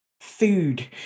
food